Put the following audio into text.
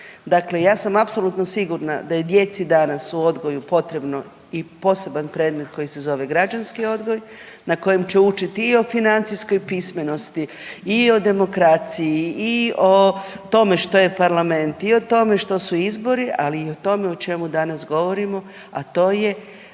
Dakle, ja sam apsolutno sigurna da je djeci danas u odgoju potrebno i poseban predmet koji se zove građanski odgoj na kojem će učiti i o financijskoj pismenosti i o demokraciji i o tome što je parlament i o tome što su izbori, ali i o tome o čemu danas govorimo, a to je